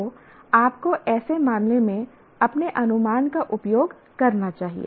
तो आपको ऐसे मामले में अपने अनुमान का उपयोग करना चाहिए